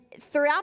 throughout